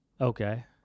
Okay